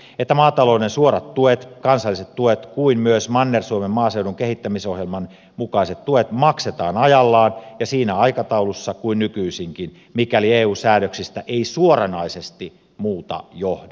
eduskunta edellyttää että maatalouden suorat tuet kansalliset tuet kuin myös manner suomen maaseudun kehittämisohjelmankin mukaiset tuet maksetaan ajallaan ja siinä aikataulussa kuin nykyisinkin mikäli eun säännöksistä ei suoranaisesti muuta johdu